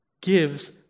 gives